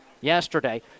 yesterday